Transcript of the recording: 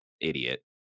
idiot